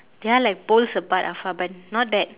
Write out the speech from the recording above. they are like poles apart afar but not that